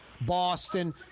Boston